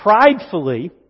Pridefully